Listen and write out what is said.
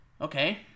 Okay